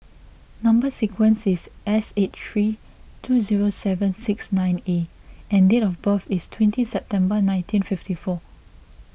Number Sequence is S eight three two zero seven six nine A and date of birth is twenty September nineteen fifty four